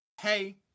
Hey